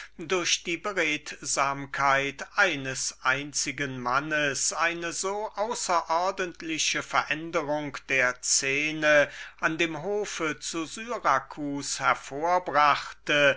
durch die beredsamkeit eines einzigen mannes eine so außerordentliche veränderung der szene an dem hofe zu